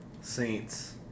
Saints